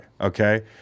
okay